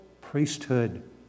priesthood